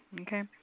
Okay